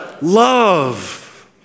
love